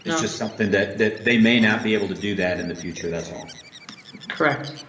just something that that they may not be able to do that in the future. that's all correct,